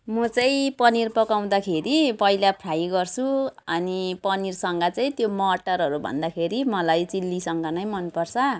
म चाहिँ पनिर पकाउँदाखेरि पहिला फ्राई गर्छु अनि पनिरसँग चाहिँ त्यो मटरहरू भन्दाखेरि मलाई चिल्लीसँग नै मनपर्छ